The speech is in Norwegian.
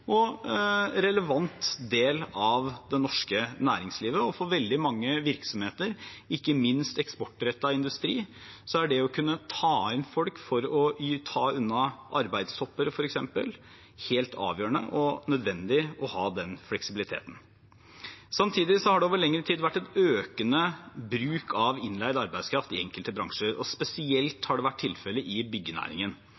og relevant del av det norske næringslivet. For veldig mange virksomheter, ikke minst for eksportrettet industri, er det å kunne ta inn folk, f.eks. for å ta unna arbeidstopper, helt avgjørende. Og det er nødvendig for dem å ha den fleksibiliteten. Samtidig har det over lengre tid vært en økende bruk av innleid arbeidskraft i enkelte bransjer. Spesielt